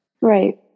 Right